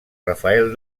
rafael